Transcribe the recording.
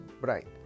bright